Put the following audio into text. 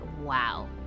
Wow